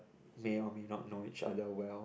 may or may not know each other well